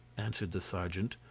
answered the sergeant,